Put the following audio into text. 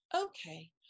okay